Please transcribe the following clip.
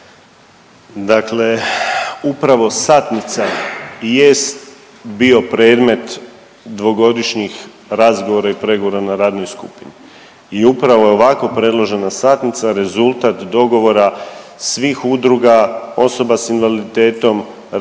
Dakle upravo satnica i jest bio predmet dvogodišnjih razgovora i pregovora na radnoj skupini i upravo je ovako predložena satnica rezultat dogovora svih udruga osoba s invaliditetom, članova